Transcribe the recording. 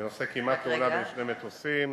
בנושא: כמעט-תאונה בין שני מטוסים,